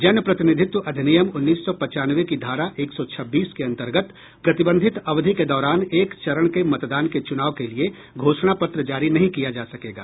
जनप्रतिनिधित्व अधिनियम उन्नीस सौ पचानवे की धारा एक सौ छब्बीस के अंतर्गत प्रतिबंधित अवधि के दौरान एक चरण के मतदान के चुनाव के लिये घोषणा पत्र जारी नहीं किया जा सकेगा